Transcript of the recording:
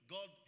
God